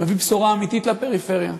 מביא בשורה אמיתית לפריפריה,